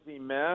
mess